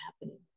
happening